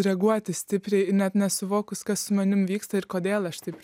reaguoti stipriai net nesuvokus kas su manim vyksta ir kodėl aš taip